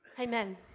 Amen